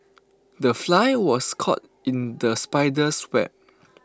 the fly was caught in the spider's web